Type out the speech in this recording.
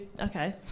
okay